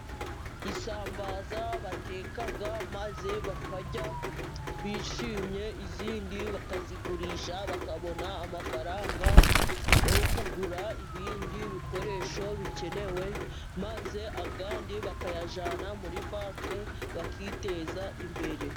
Isambaza bateka maze bakarya bishimye, izindi bakazigurisha bakabona amafaranga yo kugura ibindi bikoresho bikenewe, maze andi bakayajyana muri banke bakiteza imbere.